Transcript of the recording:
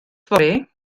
fory